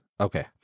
okay